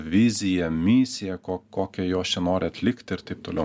viziją misiją ko kokią jos čia nori atlikti ir taip toliau